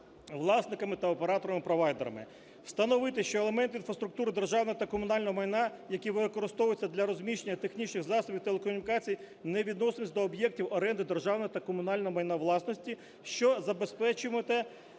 власниками та операторами, провайдерами. Встановити, що елемент інфраструктури державного та комунального майна, який використовується для розміщення технічних засобів телекомунікацій не відноситься до об'єктів оренди державного та комунального майна власності, що забезпечуватиме